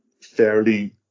fairly